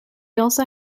also